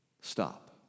stop